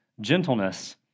Gentleness